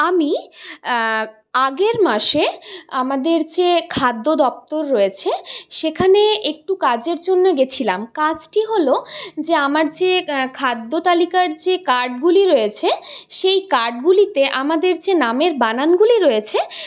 আমি আগের মাসে আমাদের যে খাদ্য দপ্তর রয়েছে সেখানে একটু কাজের জন্য গিয়েছিলাম কাজটি হলো যে আমার যে খাদ্য তালিকার যে কার্ডগুলি রয়েছে সেই কার্ডগুলিতে আমাদের যে নামের বানানগুলি রয়েছে